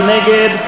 מי נגד?